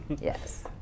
Yes